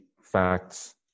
facts